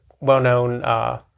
well-known